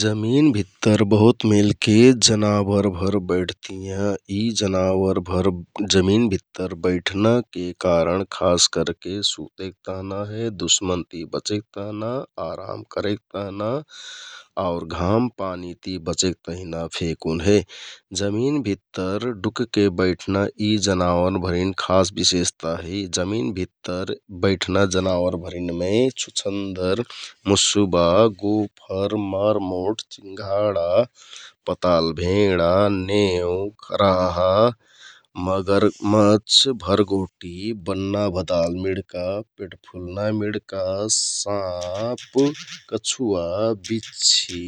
जमिन भित्तर बहुत मेलके जनावरभर बैठतियाँ । यि जानवरभर जमिन भित्तर बैठनाके कारण खास करके सुतेक तहना, दुश्मनति बचेक तहना, आराम करेक तहना आउर घाम, पानिति बचेक तहना फेकुन हे । जमिन भित्तर डुकके बैठना यि जनावरभरिन खास बिशेषता जमिन भित्तर बैठना जनावरभरिनमे छुछन्दर, मुस्बा, गुफर, मारमो, चिंघाडा, पतालभेंडा, न्योउ, खरहा, मरमछ, भरगोहटि, बन्ना भदाल मिंडका, पेटफुलना मिंडका, साँप, कछुवा बिच्छि,